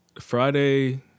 Friday